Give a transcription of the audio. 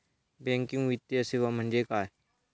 Banking वित्तीय सेवा म्हणजे काय?